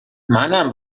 منم